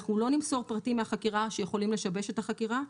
אנחנו לא נמסור פרטים מהחקירה שיכולים לשבש את החקירה,